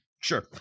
Sure